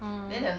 orh